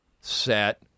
set